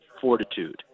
fortitude